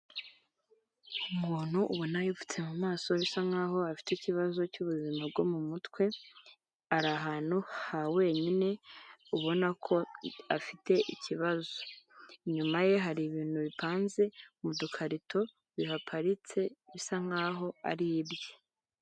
Umuntu ubona yipfutse mu maso bisa nkaho afite ikibazo cyubuzima bwo mumutwe ari ahantu ha wenyine ubona ko afite ikibazo inyuma ye hari ibintu bipanze mu dukarito bihaparitse bisa nkaho ari ibye.